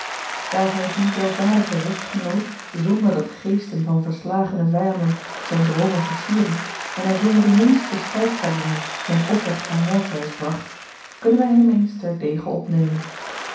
daar hij die weldadige rust genoot zonder dat geesten van verslagene vijanden zijne droomen versierden en hij zonder de minste stuiptrekkingen zijn offer aan morpheus bragt kunnen wij hem eens ter dege opnemen